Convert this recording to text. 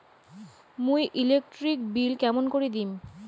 মুই electric bill কেমন করি দিম?